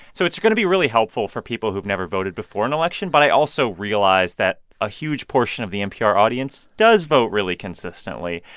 so it's going to be really helpful for people who've never voted before an election. but i also realize that a huge portion of the npr audience does vote really consistently,